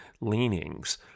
leanings